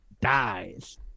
dies